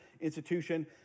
institution